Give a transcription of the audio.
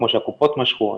כמו שהקופות משכו,